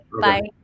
Bye